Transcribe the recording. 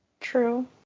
True